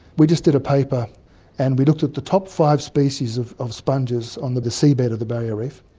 we just did a paper and we looked at the top five species of of sponges on the the seabed of the barrier reef.